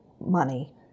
money